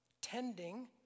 tending